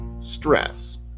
Stress